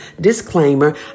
disclaimer